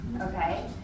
okay